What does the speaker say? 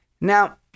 Now